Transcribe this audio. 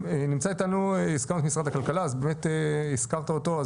נמצא איתנו משרד הכלכלה, אז באמת הזכרת אותו.